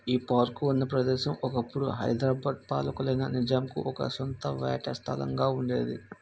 ఈ పార్కు ఉన్న ప్రదేశం ఒకప్పుడు హైదరాబాద్ పాలకులైన నిజాంకు ఒక సొంత వేట స్థలంగా ఉండేది